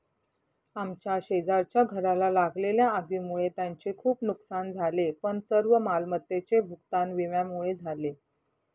आमच्या शेजारच्या घराला लागलेल्या आगीमुळे त्यांचे खूप नुकसान झाले पण सर्व मालमत्तेचे भूगतान विम्यामुळे झाले